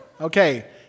Okay